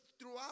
throughout